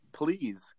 Please